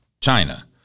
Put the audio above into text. China